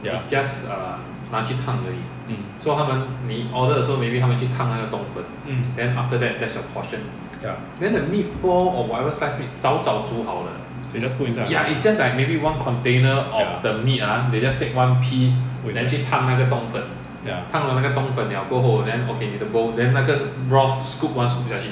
ya mm mm ya they just put inside only ya put inside ya